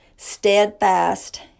Steadfast